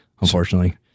Unfortunately